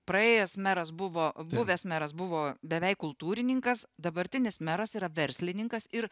praėjęs meras buvo buvęs meras buvo beveik kultūrininkas dabartinis meras yra verslininkas ir